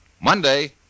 Monday